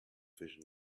vision